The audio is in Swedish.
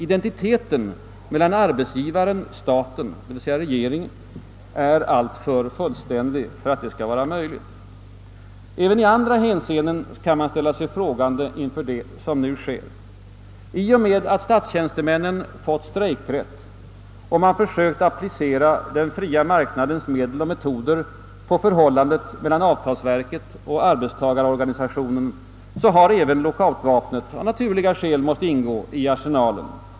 Identiteten mellan arbetsgivaren och staten, d. v. s. regeringen, är alltför fullständig för att detta skall vara möjligt. Även i andra hänseenden kan man ställa sig frågande inför vad som nu sker. I och med att statstjänstemännen fått strejkrätt och man sökt applicera den fria marknadens medel och metoder på förhållandena mellan avtalsverket och = <arbetstagarorganisationerna, har även lockoutvapnet av naturliga skäl måst ingå i arsenalen.